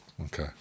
Okay